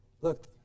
Look